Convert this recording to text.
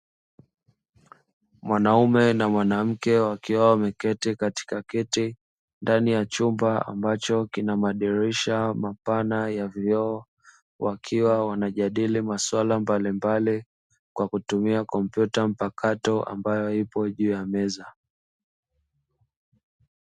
Mwanaume na mwanamke wakiwa wameketi katika kiti ndani ya chumba ambacho kina madirisha mapana ya vioo wakiwa wanajadili masuala mbalimbali kwa kutumia kompyuta mpakato ambayo ipo juu ya meza.